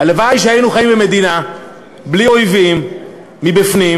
הלוואי שהיינו חיים במדינה בלי אויבים מבפנים,